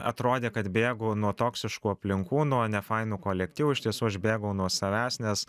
atrodė kad bėgu nuo toksiškų aplinkų nuo nefainų kolektyvų iš tiesų aš bėgau nuo savęs nes